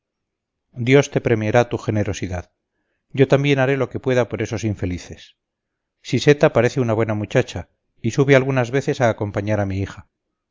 dios te premiará tu generosidad yo también haré lo que pueda por esos infelices siseta parece una buena muchacha y sube algunas veces a acompañar a mi hija